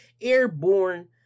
airborne